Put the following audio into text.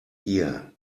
ear